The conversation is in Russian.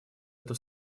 эту